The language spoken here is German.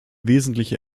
wesentliche